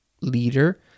leader